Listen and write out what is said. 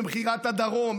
במכירת הדרום,